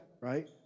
right